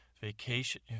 Vacation